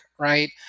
right